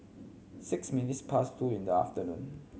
six minutes past two in the afternoon